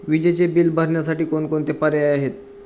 विजेचे बिल भरण्यासाठी कोणकोणते पर्याय आहेत?